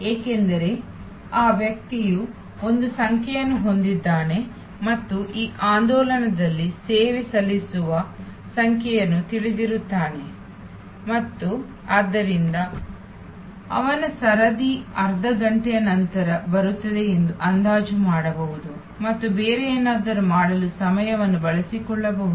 ಏಕೆಂದರೆ ಆ ವ್ಯಕ್ತಿಯು ಒಂದು ಸಂಖ್ಯೆಯನ್ನು ಹೊಂದಿದ್ದಾನೆ ಮತ್ತು ಈ ಆಂದೋಲನದಲ್ಲಿ ಸೇವೆ ಸಲ್ಲಿಸುತ್ತಿರುವ ಸಂಖ್ಯೆಯನ್ನು ತಿಳಿದಿರುತ್ತಾನೆ ಮತ್ತು ಆದ್ದರಿಂದ ಅವನ ಸರದಿ ಅರ್ಧ ಘಂಟೆಯ ನಂತರ ಬರುತ್ತದೆ ಎಂದು ಅಂದಾಜು ಮಾಡಬಹುದು ಮತ್ತು ಬೇರೆ ಏನನ್ನಾದರೂ ಮಾಡಲು ಸಮಯವನ್ನು ಬಳಸಿಕೊಳ್ಳಬಹುದು